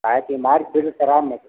काहे कि